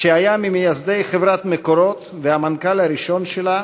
שהיה ממייסדי חברת "מקורות" והמנכ"ל הראשון שלה,